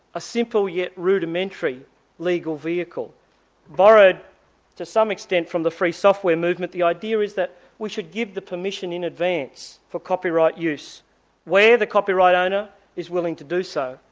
a simple yet rudimentary legal vehicle borrowed to some extent from the free software movement. the idea is that we should give the permission in advance for copyright use where the copyright owner is willing to do so.